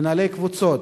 מנהלי קבוצות,